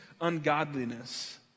ungodliness